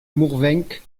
mourvenc